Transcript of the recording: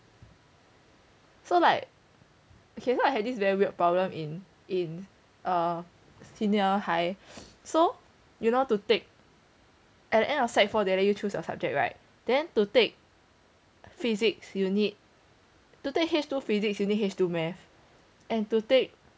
so like okay so I had this very weird problem in in a senior high so you know to take at the end of sec four they will let you choose your subject right then to take physics you need to take H two physics you need H two math and to take